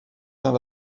dans